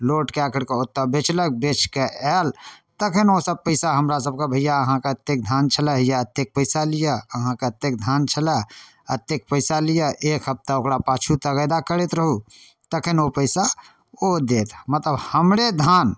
load कऽ करिके ओतऽ बेचलक बेचिकऽ आएल तखन ओसब पइसा हमरा सभके भइआ अहाँके एतेक धान छलै हइए एतेक पइसा लिअऽ अहाँके एतेक धान छलै एतेक पइसा लिअऽ एक हप्ताह ओकरा पाछू तगेदा करैत रहू तखन ओ पइसा ओ देत मतलब हमरे धान